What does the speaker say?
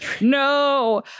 no